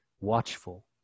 Watchful